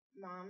mom